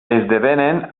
esdevenen